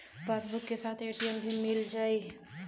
Passbook के साथ ATM भी मील जाई?